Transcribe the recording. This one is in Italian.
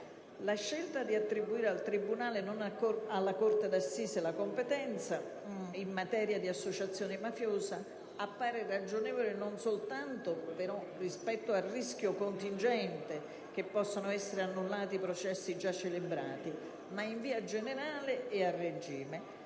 La scelta di attribuire al tribunale e non alla corte d'assise la competenza in materia di associazione mafiosa appare però ragionevole non soltanto rispetto al rischio contingente che possano essere annullati i processi già celebrati, ma in via generale e a regime.